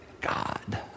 God